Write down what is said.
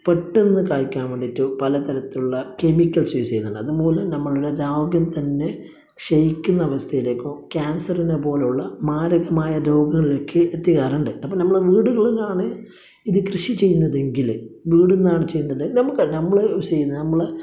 പെട്ടെന്ന് കായ്ക്കാൻ വേണ്ടിയിട്ട് പല തരത്തിലുള്ള കെമിക്കൽസ് യൂസ് ചെയ്യുന്നുണ്ട് അതു മൂലം നമ്മളുടെ ആരോഗ്യം തന്നെ ക്ഷയിക്കുന്ന അവസ്ഥയിലേക്കോ ക്യാൻസറിനെ പോലെയുള്ള മാരകമായ രോഗങ്ങളിലേക്ക് എത്തിക്കാറുണ്ട് അപ്പോൾ നമ്മുടെ വീടുകളിലാണ് ഇത് കൃഷി ചെയ്യുന്നത് എങ്കിൽ വീട്ടിൽ നിന്നാണ് ചെയ്യുന്നത് നമുക്കറിയാം നമ്മൾ യുസ് ചെയ്യുന്ന നമ്മൾ